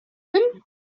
him